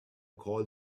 call